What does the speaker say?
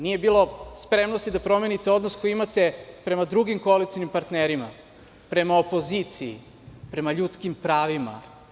Nije bilo spremnosti da promenite odnos koji imate prema drugim koalicionim partnerima, prema opoziciji, prema ljudskim pravima.